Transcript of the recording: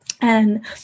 And-